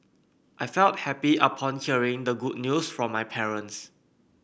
I felt happy upon hearing the good news from my parents